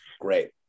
Great